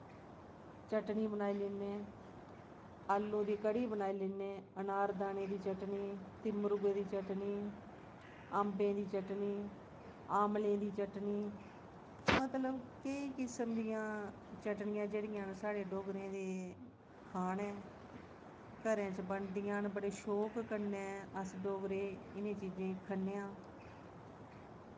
चटनी बनाई लैन्ने आलू दी कढ़ी बनाई लैन्ने अनार दाने दी चटनी तिंमरुए दी चटनी अम्बें दी चटनी आमलें दी चटनी मतलब कि केईं किस्म दियां चटनियां जेह्ड़ियां न साढ़े डोगरें दे खाने घरें च बनदियां न बड़े शौक कन्नै अस डोगरे इ'नें चीजें ई खन्ने आं